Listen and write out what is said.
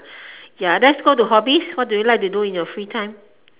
ya let's go to hobbies what do you like to do in your free time